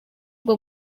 bwo